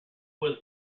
was